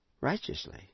righteously